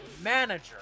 manager